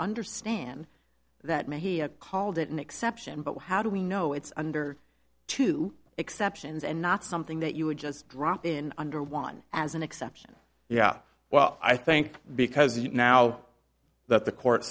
understand that maybe he called it an exception but how do we know it's under two exceptions and not something that you would just drop in under one as an exception yeah well i think because you know now that the court